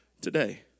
today